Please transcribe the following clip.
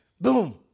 Boom